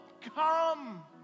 come